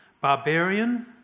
barbarian